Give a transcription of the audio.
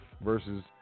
versus